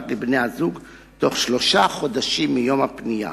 לבני-הזוג בתוך שלושה חודשים מיום הפנייה